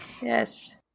Yes